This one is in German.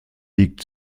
liegt